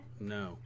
No